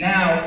Now